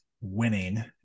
Winning